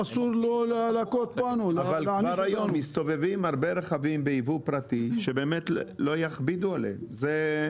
לקנות רכב מייבוא אישי ולמכור אותו למרות